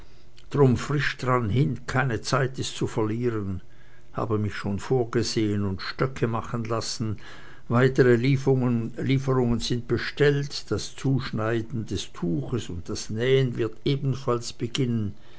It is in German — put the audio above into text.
drum frisch dran hin keine zeit ist zu verlieren habe mich schon vorgesehen und stöcke machen lassen weitere lieferungen sind bestellt das zuschneiden des tuches und das nähen wird ebenfalls beginnen